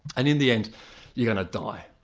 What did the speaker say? and in the end you're going to die.